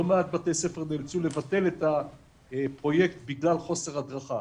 לא מעט בתי ספר נאלצו לבטל את הפרויקט בגלל חוסר הדרכה.